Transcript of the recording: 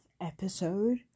episode